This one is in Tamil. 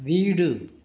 வீடு